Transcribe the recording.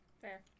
Fair